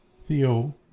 Theo